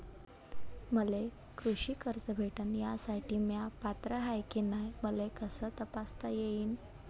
मले कृषी कर्ज भेटन यासाठी म्या पात्र हाय की नाय मले कस तपासता येईन?